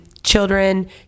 children